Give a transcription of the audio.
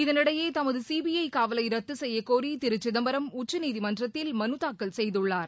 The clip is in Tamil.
இதனிடையே தமது சிபிஐ காவலை ரத்து செய்யக்கோரி திரு சிதம்பரம் உச்சநீதிமன்றத்தில் மனு தாக்கல் செய்துள்ளார்